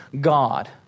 God